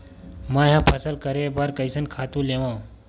मैं ह फसल करे बर कइसन खातु लेवां?